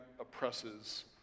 oppresses